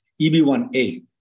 EB1A